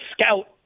scout